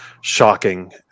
shocking